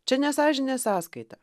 čia ne sąžinės sąskaita